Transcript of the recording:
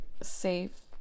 safe